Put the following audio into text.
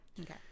okay